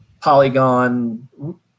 polygon